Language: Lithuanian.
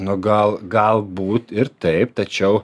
nu gal galbūt ir taip tačiau